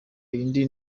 indi